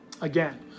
Again